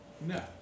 No